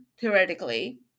theoretically